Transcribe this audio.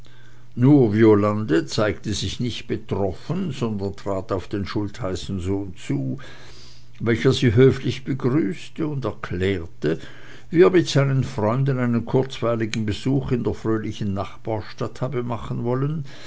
nur violande zeigte sich nicht betroffen sondern trat auf den schultheißensohn zu welcher sie höflich begrüßte und erklärte wie er mit seinen freunden einen kurzweiligen besuch in der fröhlichen nachbarstadt habe machen wollen